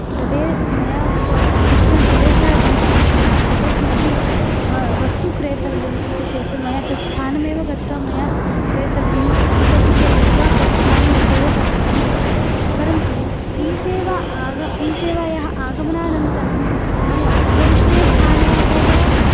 प्रदे मया कश्चन प्रदेशः गन्तव्यः उत किमपि व वस्तु क्रेतव्यम् इति चेत् मया तत् स्थानमेव गत्वा मया क्रेतव्यं उत टिकेट् बुक् कृत्वा तत् स्थानं गत्वा एव कर्तव्यम् भवति परन्तु ई सेवा आग ई सेवायाः आगमानन्तरं मया उपविष्टे स्थाने एव